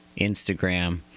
Instagram